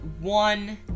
one